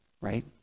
right